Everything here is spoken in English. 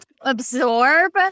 absorb